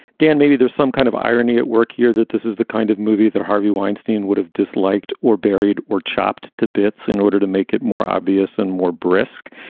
dan, maybe there's some kind of irony at work here that this is the kind of movie that harvey weinstein would have disliked or buried or chopped to bits in order to make it more obvious and more brisk.